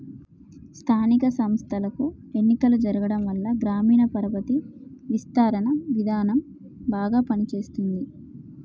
స్థానిక సంస్థలకు ఎన్నికలు జరగటంవల్ల గ్రామీణ పరపతి విస్తరణ విధానం బాగా పని చేస్తుంది